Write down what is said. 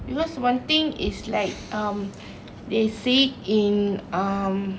because one thing is like um they say it in um